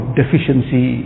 deficiency